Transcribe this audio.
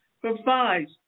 provides